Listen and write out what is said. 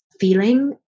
feeling